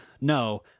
no